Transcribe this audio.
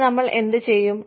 പിന്നെ നമ്മൾ എന്ത് ചെയ്യും